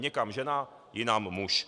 Někam žena, jinam muž.